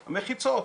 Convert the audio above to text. המחיצות.